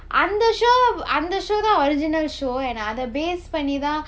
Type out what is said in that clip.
அந்த:antha show அந்த:antha show தான்:thaan original show and அத:atha base பண்ணிதான்:pannithaan